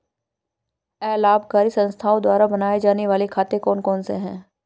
अलाभकारी संस्थाओं द्वारा बनाए जाने वाले खाते कौन कौनसे हैं?